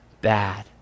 bad